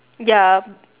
ya